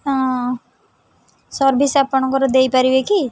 ହଁ ସର୍ଭିସ୍ ଆପଣଙ୍କର ଦେଇପାରିବେ କି